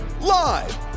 live